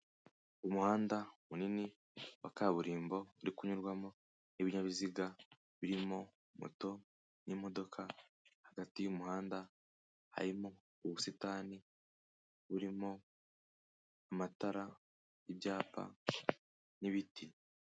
Umuhanda munini wa kaburimbo uri kunyurwamo n'ibinyabiziga birimo moto n'imodoka, hagati y'umuhanda harimo ubusitani burimo amatara ibyapa n'ibiti.